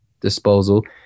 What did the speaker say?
disposal